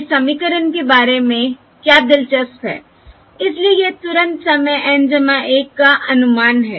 इस समीकरण के बारे में क्या दिलचस्प है इसलिए यह तुरंत समय N 1 का अनुमान है